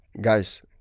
guys